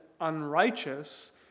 unrighteous